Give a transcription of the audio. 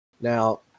Now